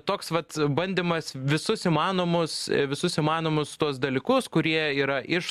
toks vat bandymas visus įmanomus visus įmanomus tuos dalykus kurie yra iš